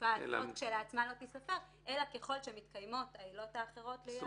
שהתקופה עצמה לא תיספר אלא ככל שמתקיימות העילות האחרות תהיה הארכה.